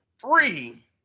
three